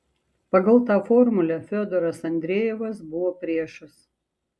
pagal tą formulę fiodoras andrejevas buvo priešas